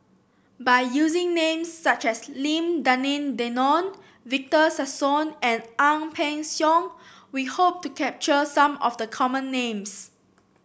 by using names such as Lim Denan Denon Victor Sassoon and Ang Peng Siong we hope to capture some of the common names